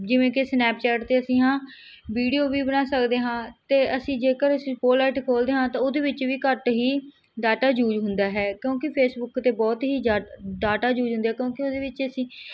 ਜਿਵੇਂ ਕਿ ਸਨੈਪਚੈਟ 'ਤੇ ਅਸੀਂ ਹਾਂ ਵੀਡੀਓ ਵੀ ਬਣਾ ਸਕਦੇ ਹਾਂ ਅਤੇ ਅਸੀਂ ਜੇਕਰ ਖੋਲ੍ਹਦੇ ਹਾਂ ਤਾਂ ਉਹਦੇ ਵਿੱਚ ਵੀ ਘੱਟ ਹੀ ਡਾਟਾ ਯੂਜ ਹੁੰਦਾ ਹੈ ਕਿਉਂਕਿ ਫੇਸਬੁਕ 'ਤੇ ਬਹੁਤ ਹੀ ਜ਼ਿਆਦਾ ਡਾਟਾ ਯੂਜ ਹੁੰਦਾ ਕਿਉਂਕਿ ਉਹਦੇ ਵਿੱਚ ਅਸੀ